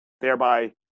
thereby